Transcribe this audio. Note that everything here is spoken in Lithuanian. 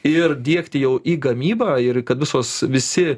ir diegti jau į gamybą ir kad visos visi